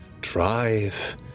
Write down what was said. drive